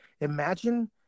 imagine